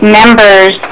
members